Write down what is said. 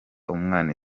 umwana